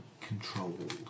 controlled